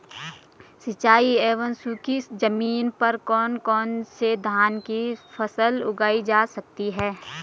सिंचाई एवं सूखी जमीन पर कौन कौन से धान की फसल उगाई जा सकती है?